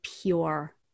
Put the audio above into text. pure